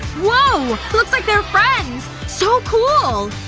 whoa. looks like they're friends! so cool!